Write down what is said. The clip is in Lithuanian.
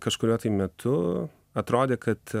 kažkuriuo tai metu atrodė kad